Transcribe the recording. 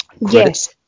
Yes